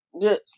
yes